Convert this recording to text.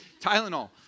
Tylenol